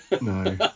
no